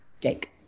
Jake